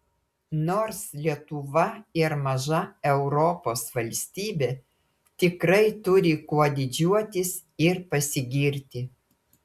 nors lietuva ir maža europos valstybė tikrai turi kuo didžiuotis ir pasigirti